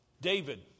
David